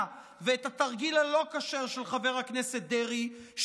ואת התרגיל הלא-כשר של חבר הכנסת דרעי,